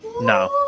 No